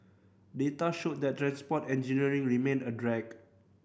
data showed that transport engineering remained a drag